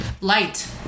Light